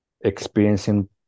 experiencing